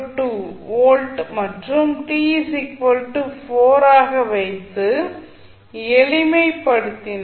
902 volt மற்றும் t 4 ஆக வைத்து எளிமை படுத்தினால் 27